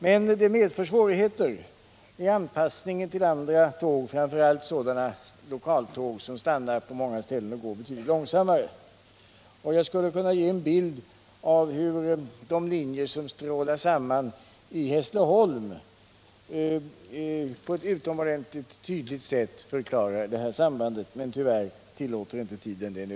Men det medför svårigheter i anpassningen till andra tåg, framför allt sådana lokaltåg som stannar på många stationer och går betydligt långsammare. Jag skulle kunna visa en bild över de linjer som strålar samman i Hässleholm, vilket på ett tydligt sätt visar detta samband, men tyvärr tillåter inte tiden det nu.